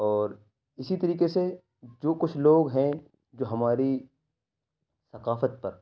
اور اسی طریقے سے جو کچھ لوگ ہیں جو ہماری ثقافت پر